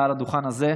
מעל הדוכן הזה,